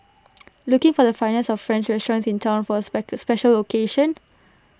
looking for the finest of French restaurants in Town for A special occasion